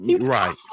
Right